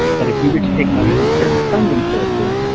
but if we were to take money from certain funding sources,